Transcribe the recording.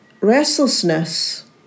restlessness